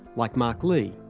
like mark lee,